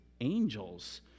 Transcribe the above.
angels